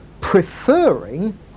preferring